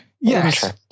yes